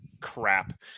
Crap